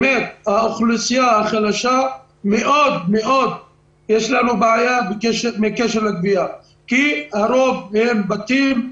האוכלוסייה החלשה מאוד מאוד יש לנו בעיה בקשר לגבייה כי הרוב הם בתים,